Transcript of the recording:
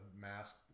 mask